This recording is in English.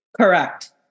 Correct